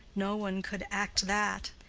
no one could act that.